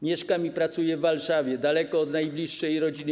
Mieszkam i pracuję w Warszawie, daleko od najbliższej rodziny.